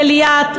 לליאת,